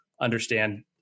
understand